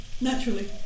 Naturally